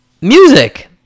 music